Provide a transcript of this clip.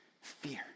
fear